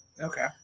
Okay